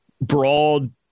broad